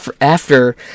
after-